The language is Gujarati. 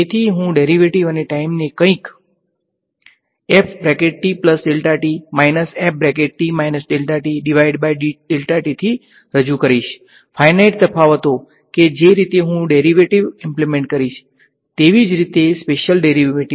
તેથી હું ડેરીવેટીવ અને ટાઈમને કંઈક રજુ કરીશ ફાઈનાઈટ તફાવતો કે જે રીતે હું ડેરીવેટીવ ઈમ્પ્લેમેંટ કરીશ તેવી જ રીતે સ્પેશીયલ ડેરીવેટીવ માટે